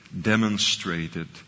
demonstrated